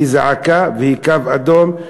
היא זעקה והיא קו אדום,